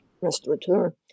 restaurateur